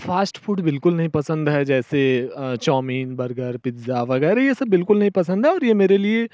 fast food बिल्कुल नहीं पसंद है जैसे चौमीन बर्गर पिज़्ज़ा ये सब बिल्कुल नहीं पसंद है और ये मेरे लिए